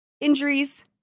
injuries